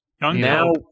Now